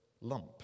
lump